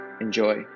Enjoy